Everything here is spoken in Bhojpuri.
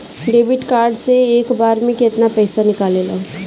डेबिट कार्ड से एक बार मे केतना पैसा निकले ला?